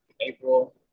April